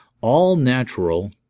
all-natural